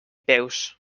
peus